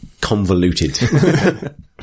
convoluted